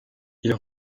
ils